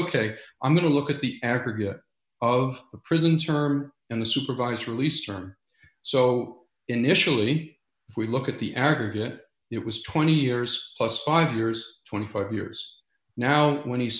ok i'm going to look at the aggregate of the prison term and the supervised release or so initially if we look at the aggregate it was twenty years plus five years twenty five years now when he